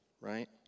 right